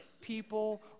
people